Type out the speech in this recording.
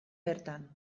bertan